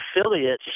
affiliates